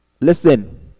Listen